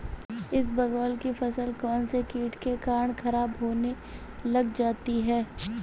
इसबगोल की फसल कौनसे कीट के कारण खराब होने लग जाती है?